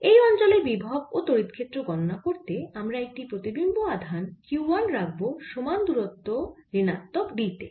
এই অঞ্চলে বিভব ও তড়িৎ ক্ষেত্র গণনা করতে আমরা একটি প্রতিবিম্ব আধান q 1 রাখব সমান দূরত্ব ঋণাত্মক d তে